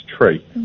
tree